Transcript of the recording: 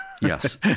Yes